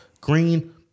green